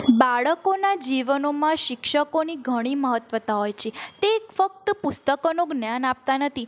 બાળકોનાં જીવનોમાં શિક્ષકોની ઘણી મહત્ત્વતા હોય છે તે એક ફક્ત પુસ્તકોનું જ્ઞાન આપતા નથી